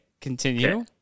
continue